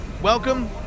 Welcome